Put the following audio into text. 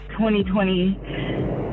2020